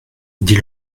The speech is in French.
dis